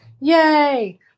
Yay